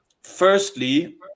firstly